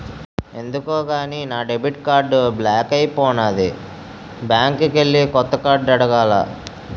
ఎందుకో గాని నా డెబిట్ కార్డు బ్లాక్ అయిపోనాది బ్యాంకికెల్లి కొత్త కార్డు అడగాల